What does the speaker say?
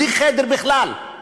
בלי חדר בכלל,